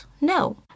No